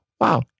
Wow